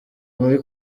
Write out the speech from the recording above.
muri